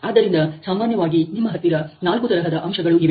ಆದ್ದರಿಂದ ಸಾಮಾನ್ಯವಾಗಿ ನಿಮ್ಮ ಹತ್ತಿರ ನಾಲ್ಕು ತರಹದ ಅಂಶಗಳು ಇವೆ